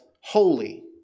holy